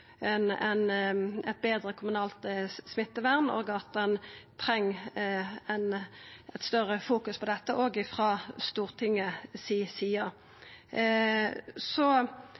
eit betre kommunalt smittevern, og at ein treng eit større fokus på dette òg frå Stortinget si side. Så